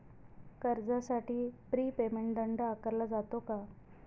कर्जासाठी prepayment दंड आकारला जातो का?